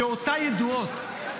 דעותיי ידועות,